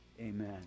Amen